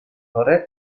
sore